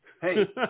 Hey